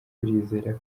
turizera